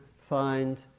find